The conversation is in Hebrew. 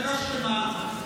דקה שלמה,